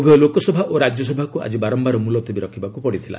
ଉଭୟ ଲୋକସଭା ଓ ରାଜ୍ୟସଭାକୁ ଆଜି ବାରମ୍ଭାର ମୁଲତବୀ ରଖିବାକୁ ପଡ଼ିଥିଲା